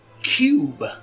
Cube